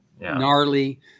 gnarly